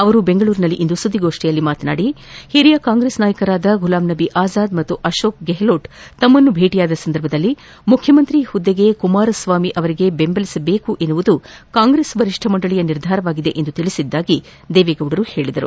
ಅವರು ಬೆಂಗಳೂರಿನಲ್ಲಿಂದು ಸುದ್ಲಿಗೋಷ್ನಿಯಲ್ಲಿ ಮಾತನಾಡಿ ಹಿರಿಯ ಕಾಂಗ್ರೆಸ್ ನಾಯಕರಾದ ಗುಲಾಂ ನಬಿ ಆಜಾದ್ ಮತ್ತು ಅಶೋಕ್ ಗೆಹೋಟ್ ತಮ್ಮನ್ನು ಭೇಟಿಯಾದ ಸಂದರ್ಭದಲ್ಲಿ ಮುಖ್ಯಮಂತ್ರಿ ಹುದ್ದೆಗೆ ಕುಮಾರಸ್ವಾಮಿ ಅವರಿಗೆ ಬೆಂಬಲಿಸಬೇಕೆಂಬುದು ಕಾಂಗ್ರೆಸ್ ವರಿಷ್ಠ ಮಂಡಳಿಯ ನಿರ್ಧಾರವಾಗಿದೆ ಎಂದು ತಿಳಿಸಿದ್ದಾಗಿ ಹೇಳಿದರು